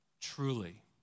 truly